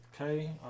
okay